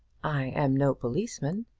i am no policeman.